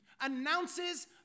announces